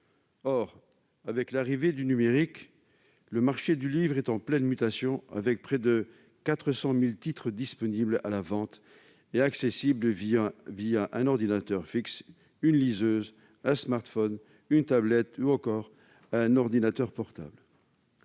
Or, avec l'arrivée du numérique, le marché du livre est en pleine mutation, avec près de 400 000 titres disponibles à la vente et accessibles un ordinateur fixe, une liseuse, un smartphone, une tablette ou encore un ordinateur portable.